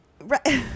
Right